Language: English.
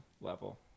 level